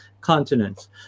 continents